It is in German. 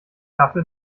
kaffee